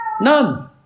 None